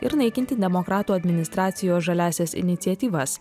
ir naikinti demokratų administracijos žaliąsias iniciatyvas